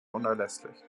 unerlässlich